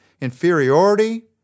Inferiority